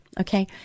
Okay